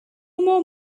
more